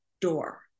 door